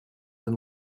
and